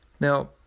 Now